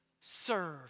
serve